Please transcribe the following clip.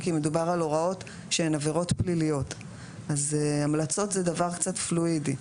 מדובר על הוראות שהן עבירות פליליות אז המלצות זה דבר קצת פלואידי.